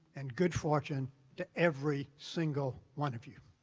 and good fortune to every single one of you.